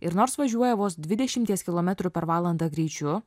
ir nors važiuoja vos dvidešimties kilometrų per valandą greičiu